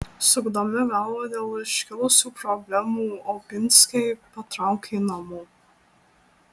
sukdami galvą dėl iškilusių problemų oginskiai patraukė namo